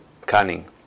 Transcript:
cunning